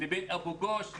לבין אבו גוש,